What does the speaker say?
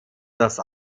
das